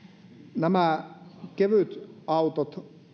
nämä kevytautot